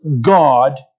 God